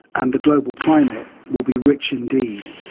and the global climate will be rich indeed.